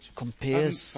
compares